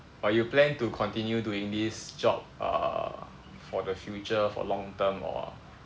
but you plan to continue doing this job err for the future for long term or